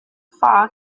far